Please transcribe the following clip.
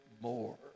more